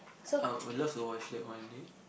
I would love to watch that one day